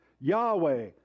Yahweh